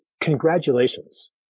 congratulations